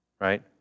right